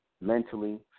mentally